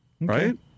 Right